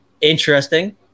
Interesting